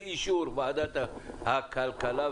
באישור ועדת הכלכלה,